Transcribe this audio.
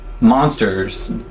monsters